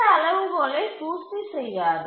இந்த அளவுகோலை பூர்த்தி செய்யாது